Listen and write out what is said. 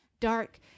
dark